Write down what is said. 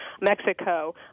Mexico